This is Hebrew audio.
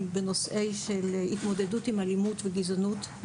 בנושאים של התמודדות עם אלימות וגזענות,